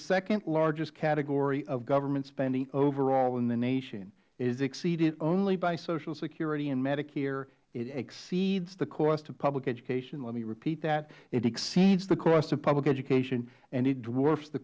second largest category in government spending overall in the nation it is exceeded only by social security and medicare it exceeds the cost of public education let me repeat that it exceeds the cost of public education and it dwarfs the